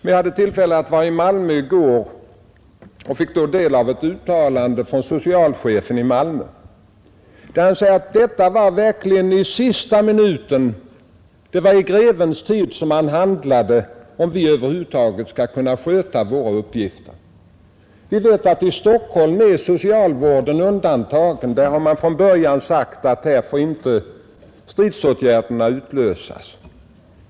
Jag hade tillfälle att vara i Malmö i går och fick då del av ett uttalande från socialchefen i Malmö. Han sade att det var i sista minuten — det var i grevens tid — som denna åtgärd vidtogs för att det skulle vara möjligt att undvika katastrof inom socialvården. I Stockholm är socialvården som bekant undantagen från stridsåtgärder.